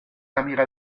amiga